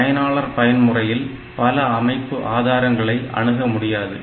பயனாளர் பயன்முறையில் பல அமைப்பு ஆதாரங்களை அணுகமுடியாது